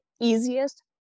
easiest